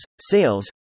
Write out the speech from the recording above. sales